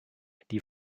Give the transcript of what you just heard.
die